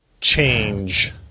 change